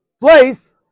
place